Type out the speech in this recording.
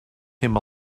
him